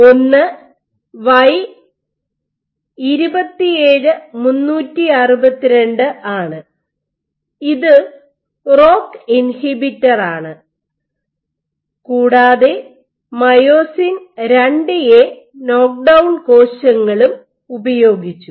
ഒന്ന് Y27362 ആണ് ഇത് റോക്ക് ഇൻഹിബിറ്ററാണ് കൂടാതെ അവർ മയോസിൻ IIA നോക്ക്ഡൌൺ കോശങ്ങളും ഉപയോഗിച്ചു